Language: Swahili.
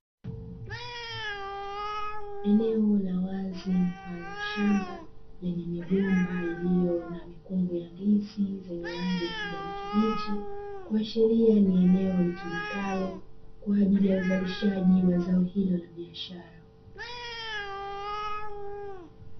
Eneo la wazi mfano wa shamba lenye migomba iliyo na mikungu ya ndizi zenye rangi ya kijani kibichi, kuashiria ni eneo litumikalo kwa ajili ya uzalishaji wa zao hilo la biashara.